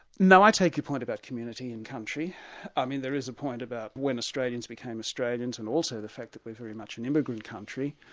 i take your point about community and country i mean there is a point about when australians became australians and also the fact that we're very much an immigrant country.